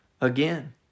Again